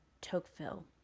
Tocqueville